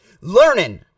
learning